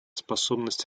способность